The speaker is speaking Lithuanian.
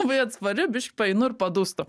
labai atspari biški paeinu ir padūstu